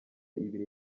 ibiri